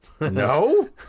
No